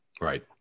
right